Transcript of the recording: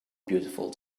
beautiful